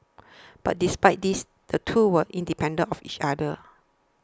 but despite this the two were independent of each other